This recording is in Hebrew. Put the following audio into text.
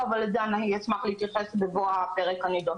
אבל לזה אני אשמח להתייחס כשנגיע לפרק המתאים.